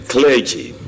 Clergy